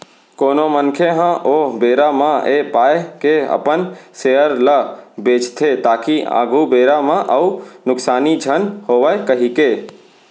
कोनो मनखे ह ओ बेरा म ऐ पाय के अपन सेयर ल बेंचथे ताकि आघु बेरा म अउ नुकसानी झन होवय कहिके